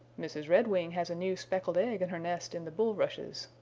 mrs. redwing has a new speckled egg in her nest in the bulrushes,